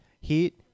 Heat